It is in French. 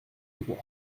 droit